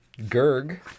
gerg